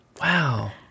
Wow